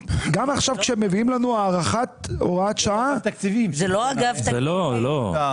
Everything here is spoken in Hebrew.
זה לא אגף תקציבים.